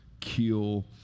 kill